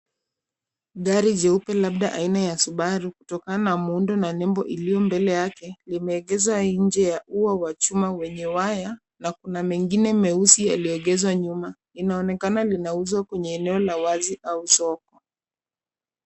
Gari jeupe labda aina ya Subaru, kutokana na muundo na nembo iliyo mbele yake, limeegeshwa nje ya ua wa chuma wenye waya, na kuna mengine meusi yaliyoegeshwa nyuma. Inaonekana linauzwa kwenye eneo la wazi au soko.